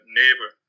neighbor